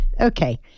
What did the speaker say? Okay